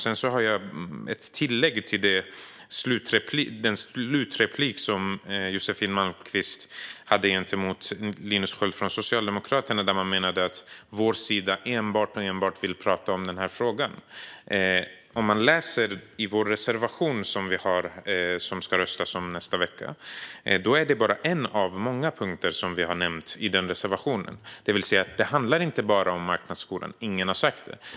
Sedan har jag ett tillägg till den slutreplik som Josefin Malmqvist hade i sitt replikskifte med Linus Sköld från Socialdemokraterna där hon menade att vår sida vill prata enbart om denna fråga. I vår reservation som det ska röstas om nästa vecka är detta bara en av många punkter som vi nämner. Det handlar alltså inte bara om marknadsskolan. Ingen har sagt det.